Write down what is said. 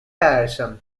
tiresome